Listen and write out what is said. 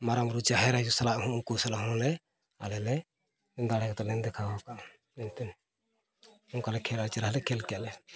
ᱢᱟᱨᱟᱝ ᱵᱩᱨᱩ ᱡᱟᱦᱮᱨ ᱟᱭᱩ ᱥᱟᱞᱟᱜ ᱦᱚᱸ ᱩᱱᱠᱩ ᱥᱟᱞᱟᱜ ᱦᱚᱸᱞᱮ ᱟᱞᱮ ᱞᱮ ᱫᱟᱲᱮ ᱠᱟᱛᱮᱞᱮ ᱫᱮᱠᱷᱟᱣ ᱠᱟᱜᱼᱟ ᱢᱮᱱᱛᱮ ᱚᱱᱠᱟ ᱞᱮ ᱠᱷᱮᱞᱟ ᱪᱮᱦᱨᱟ ᱞᱮ ᱠᱷᱮᱞ ᱠᱮᱜᱼᱟ ᱞᱮ